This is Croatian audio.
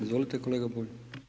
Izvolite kolega Bulj.